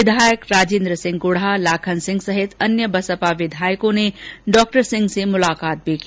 विधायक राजेन्द्र सिंह गुढ़ा लाखन सिंह सहित अन्य बसपा विधायकों ने डॉ सिंह से मुलाकात भी की